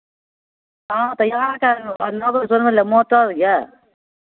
हँ तऽ अहाँके नहबै सुनबै लए मोटर यए